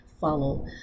follow